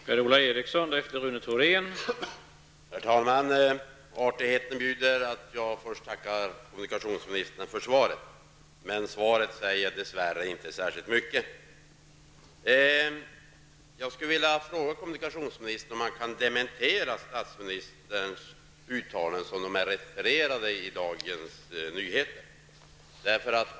Herr talman! Artigheten bjuder att jag först tackar kommunikationsministern för svaret. Dess värre säger inte svaret särskilt mycket. Jag undrar om kommunikationsministern kan dementera statsministerns uttalanden som de är refererade i Dagens Nyheter.